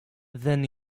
then